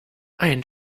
ein